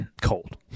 Cold